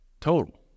total